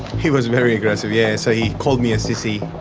he was very aggressive yeah. so he called me a sissy.